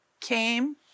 came